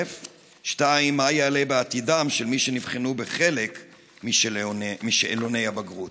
2. מה יעלה בעתידם של מי שנבחנו בחלק משאלוני הבגרות?